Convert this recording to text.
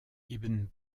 ibn